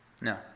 No